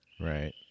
Right